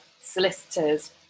solicitors